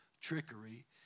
trickery